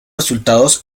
resultados